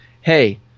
Hey